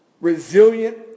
resilient